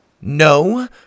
No